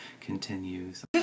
continues